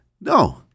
No